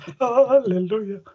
Hallelujah